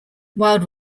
wild